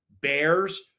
Bears